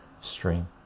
stream